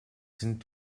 sind